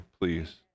please